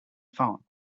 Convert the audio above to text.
phone